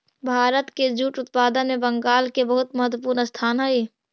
भारत के जूट उत्पादन में बंगाल के बहुत महत्त्वपूर्ण स्थान हई